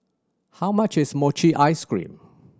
how much is mochi ice cream